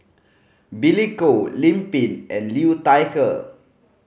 Billy Koh Lim Pin and Liu Thai Ker